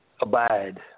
Abide